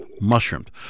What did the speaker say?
mushroomed